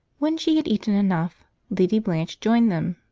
when she had eaten enough lady blanche joined them,